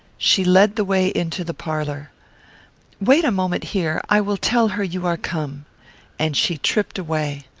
she led the way into the parlour wait a moment here i will tell her you are come and she tripped away.